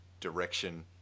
direction